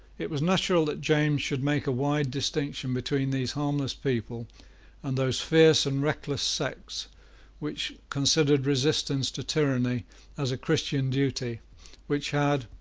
it was natural that james should make a wide distinction between these harmless people and those fierce and reckless sects which considered resistance to tyranny as a christian duty which had,